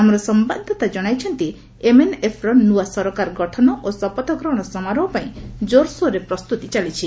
ଆମର ସମ୍ଭାଦଦାତା ଜଣାଇଛନ୍ତି ଏମ୍ଏନ୍ଏଫ୍ ର ନୂଆ ସରକାର ଗଠନ ଓ ଶପଥ ଗ୍ରହଣ ସମାରୋହ ପାଇଁ ଜୋର୍ସୋରରେ ପ୍ରସ୍ତୁତି ଚାଲିଛି